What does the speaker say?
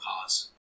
cause